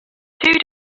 two